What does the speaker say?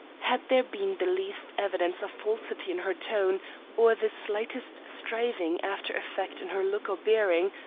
had there been the least evidence of falsity in her tone or the slightest striving after effect in her look or bearing,